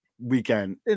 weekend